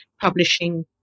publishing